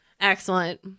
Excellent